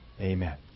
Amen